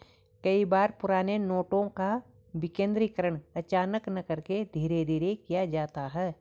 कई बार पुराने नोटों का विमुद्रीकरण अचानक न करके धीरे धीरे किया जाता है